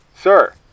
Sir